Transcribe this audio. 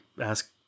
ask